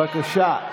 בבקשה.